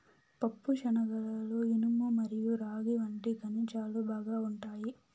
పప్పుశనగలలో ఇనుము మరియు రాగి వంటి ఖనిజాలు బాగా ఉంటాయి